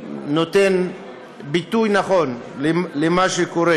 נותן ביטוי נכון למה שקורה.